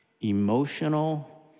emotional